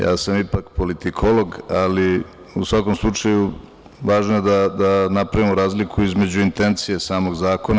Ja sam ipak politikolog, ali u svakom slučaju, važno je da napravimo razliku između intencije samog zakona.